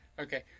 Okay